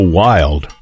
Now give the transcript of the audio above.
wild